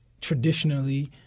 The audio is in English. traditionally